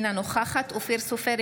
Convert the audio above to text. אינה נוכחת אופיר סופר,